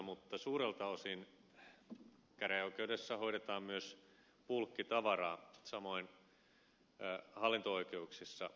mutta suurelta osin käräjäoikeudessa hoidetaan myös bulkkitavaraa samoin hallinto oikeuksissa